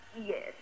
Yes